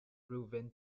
proven